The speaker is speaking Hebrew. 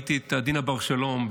וראיתי את עדינה בר שלום,